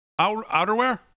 outerwear